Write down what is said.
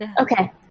Okay